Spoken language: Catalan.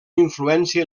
influència